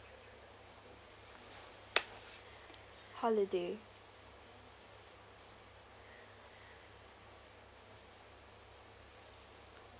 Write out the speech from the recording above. holiday